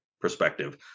perspective